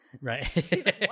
right